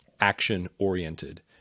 action-oriented